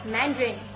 Mandarin